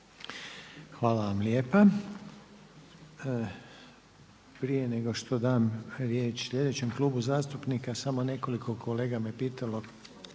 Hvala vam lijepa. Prije nego što dam riječ sljedećem klubu zastupnika, samo nekoliko kolega me pitalo,